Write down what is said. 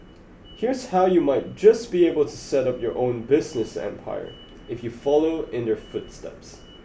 here's how you might just be able to set up your own business empire if you follow in their footsteps